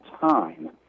time